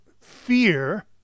fear